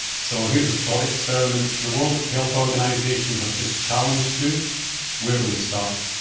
so here's a thought experiment. the world health organisation have just challenged you where do we start?